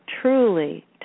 truly